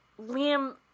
Liam